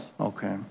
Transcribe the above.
okay